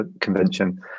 convention